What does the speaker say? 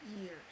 years